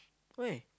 where